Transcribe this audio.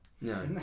No